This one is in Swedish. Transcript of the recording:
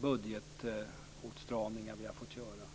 budgetåtstramningar som vi har genomfört.